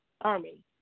army